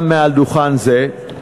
גם מעל דוכן זה,